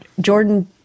Jordan